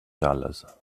dollars